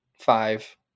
five